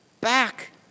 back